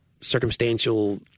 circumstantial